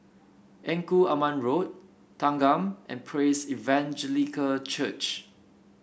Engku Aman Road Thanggam and Praise Evangelical Church